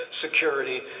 security